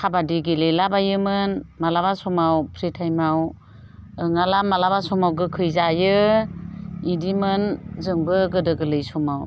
खाबादि गेलेला बायोमोन माब्लाबा समाव फ्रि टाइमाव नङाब्ला मालाबा समाव गोखै जायो बेदिमोन जोंबो गोदो गोरलै समाव